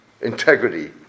integrity